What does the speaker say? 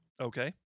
Okay